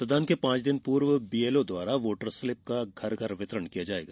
मतदान के पांच दिन पूर्व बीएलओ द्वारा वोटर स्लिप का घर घर वितरण किया जाएगा